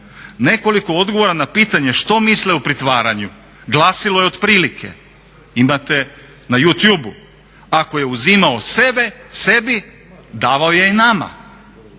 Nekoliko odgovora na pitanje što misle o pritvaranju glasilo je otprilike. Imate na youtube, ako je uzimao sebi davao i je i nama.